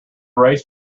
race